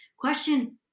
Question